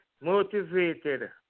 motivated